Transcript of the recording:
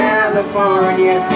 California